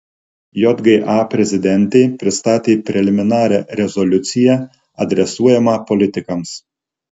jga prezidentė pristatė preliminarią rezoliuciją adresuojamą politikams